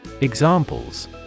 Examples